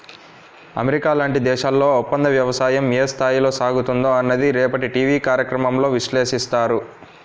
America లాంటి దేశాల్లో ఒప్పందవ్యవసాయం ఏ స్థాయిలో సాగుతుందో అన్నది రేపటి టీవీ కార్యక్రమంలో విశ్లేషిస్తారు